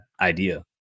idea